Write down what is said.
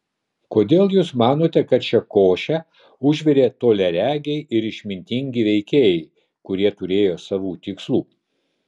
kodėl jūs manote kad šią košę užvirė toliaregiai ir išmintingi veikėjai kurie turėjo savų tikslų